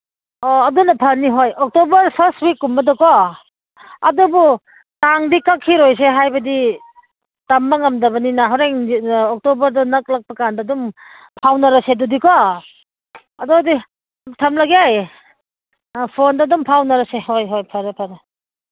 ꯑꯣ ꯑꯗꯨꯅ ꯐꯅꯤ ꯍꯣꯏ ꯑꯣꯛꯇꯣꯕꯔ ꯐꯥꯔꯁ ꯋꯤꯛꯀꯨꯝꯕꯗꯀꯣ ꯑꯗꯨꯕꯨ ꯇꯥꯡꯗꯤ ꯀꯛꯈꯤꯔꯣꯏꯁꯦ ꯍꯥꯏꯕꯗꯤ ꯇꯝꯕ ꯉꯝꯗꯕꯅꯤꯅ ꯍꯣꯔꯦꯟ ꯑꯣꯛꯇꯣꯕꯔ ꯅꯛꯂꯛꯄꯀꯥꯟꯗ ꯑꯗꯨꯝ ꯐꯥꯎꯅꯔꯁꯦ ꯑꯗꯨꯗꯤ ꯀꯣ ꯑꯗꯨꯗꯤ ꯊꯝꯂꯒꯦ ꯑꯥ ꯐꯣꯟꯗ ꯑꯗꯨꯝ ꯐꯥꯎꯅꯔꯁꯦ ꯍꯣꯏ ꯍꯣꯏ ꯐꯔꯦ ꯐꯔꯦ